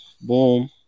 boom